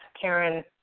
Karen